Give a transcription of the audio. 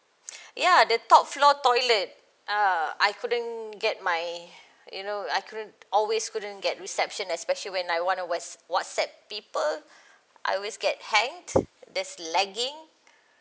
ya the top floor's toilet err I couldn't get my you know I couldn't always couldn't get reception especially when I wanna whats~ WhatsApp people I always get hang that's lagging